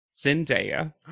Zendaya